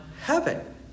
heaven